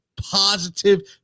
positive